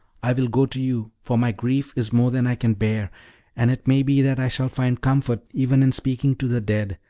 i will go to you, for my grief is more than i can bear and it may be that i shall find comfort even in speaking to the dead,